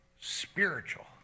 spiritual